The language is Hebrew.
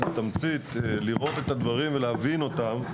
בתמצית לראות את הדברים ולהבין אותם.